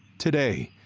today,